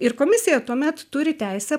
ir komisija tuomet turi teisę